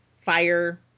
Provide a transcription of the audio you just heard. fire